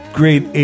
great